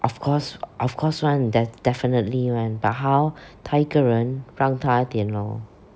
of course of course one def~ definitely one but how 她一个人让她一点 lor